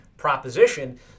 proposition